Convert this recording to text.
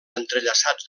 entrellaçats